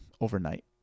overnight